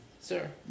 Sir